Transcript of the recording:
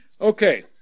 okay